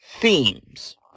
themes